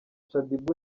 shadyboo